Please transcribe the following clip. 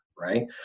right